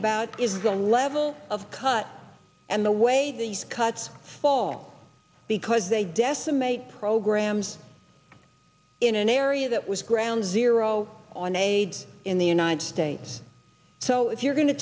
to level of cut and the way these cuts fall because they decimate programs in an area that was ground zero on aids in the united states so if you're going to